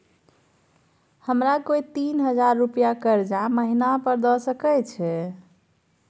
हमरा कोय तीन हजार रुपिया कर्जा महिना पर द सके छै?